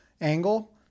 angle